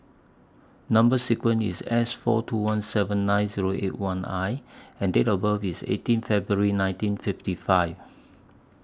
Number sequence IS S four two one seven nine Zero eight one I and Date of birth IS eighteen February nineteen fifty five